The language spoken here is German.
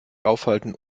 aufhalten